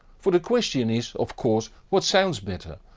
for the question is of course what sounds better,